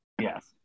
Yes